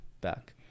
back